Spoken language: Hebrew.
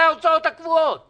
מקדם ההוצאות הקבועות